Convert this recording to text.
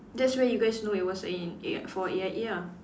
that's where you guys know it was in A for A_I_A ah